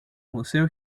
museo